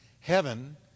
Heaven